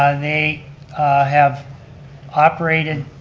ah they have operated,